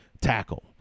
tackle